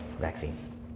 vaccines